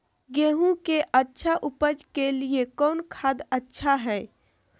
गेंहू के अच्छा ऊपज के लिए कौन खाद अच्छा हाय?